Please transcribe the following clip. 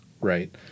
right